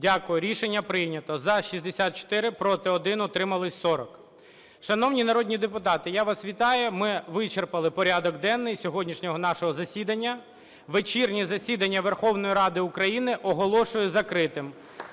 Дякую. Рішення прийнято. За -264, проти – 1, утримались – 40. Шановні народні депутати, я вас вітаю, ми вичерпали порядок денний сьогоднішнього нашого засідання. Вечірнє засідання Верховної Ради України оголошую закритим.